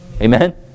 Amen